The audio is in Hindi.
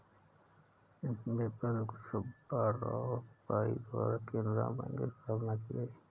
अम्मेम्बल सुब्बा राव पई द्वारा केनरा बैंक की स्थापना की गयी